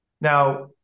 Now